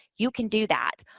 you can do that.